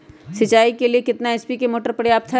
सिंचाई के लिए कितना एच.पी मोटर पर्याप्त है?